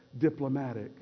Diplomatic